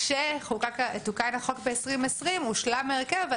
כשתוקן החוק ב-2020 הושלם ההרכב אבל